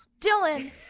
Dylan